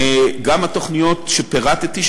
גם התוכניות שפירטתי,